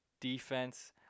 defense